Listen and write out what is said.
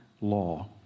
law